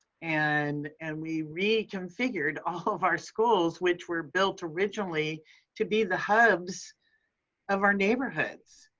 and and we reconfigured all of our schools, which were built originally to be the hubs of our neighborhoods.